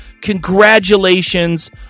Congratulations